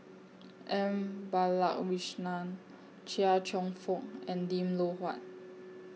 M Balakrishnan Chia Cheong Fook and Lim Loh Huat